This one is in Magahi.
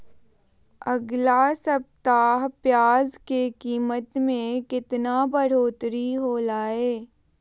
अगला सप्ताह प्याज के कीमत में कितना बढ़ोतरी होलाय?